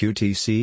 Qtc